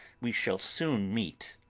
we shall soon meet!